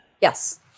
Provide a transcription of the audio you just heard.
Yes